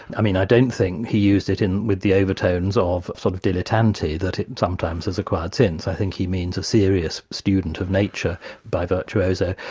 i mean i don't think he used it with the overtones of sort of dilettante that it sometimes has acquired since. i think he means a serious student of nature by virtuoso,